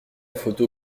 photo